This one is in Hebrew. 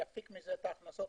יפיק מזה את ההכנסות,